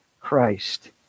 Christ